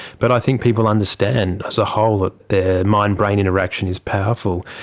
but i think people understand as a whole that the mind-brain interaction is powerful.